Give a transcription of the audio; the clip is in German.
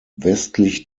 westlich